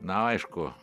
na aišku